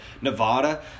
Nevada